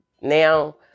now